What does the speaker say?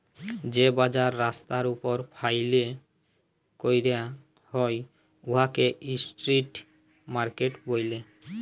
যে বাজার রাস্তার উপর ফ্যাইলে ক্যরা হ্যয় উয়াকে ইস্ট্রিট মার্কেট ব্যলে